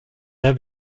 der